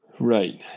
Right